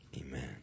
amen